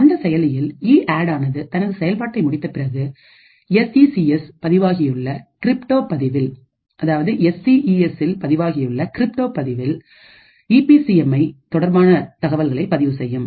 அந்த செயலியில் இஅட்ஆனது தனது செயல்பாட்டை முடித்த பிறகு எஸ் இ சி எஸ்ல் பதிவாகியுள்ள கிரிப்டோ பதிவில் ஈபி சி எம்ஐ தொடர்பான தகவல்களை பதிவு செய்யும்